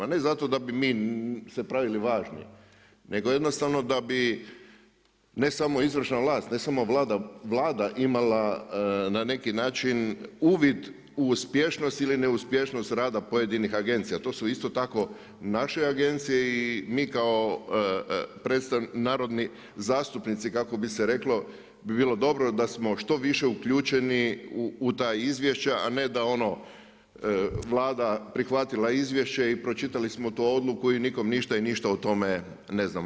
Ne zato da bi mi se pravili važni nego jednostavno da bi, ne samo izvršna vlast, ne samo Vlada imala na neki način uvid u uspješnost ili neuspješnost rada pojedinih agencija, to su isto tako naše agencije i mi kao narodni zastupnici kako bi se reklo bi bilo dobro da smo što više uključeni u ta izvješća a ne da ono Vlada prihvatila izvješće i pročitali smo tu odluku i nikome ništa i ništa o tome ne znamo.